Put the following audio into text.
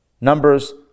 Numbers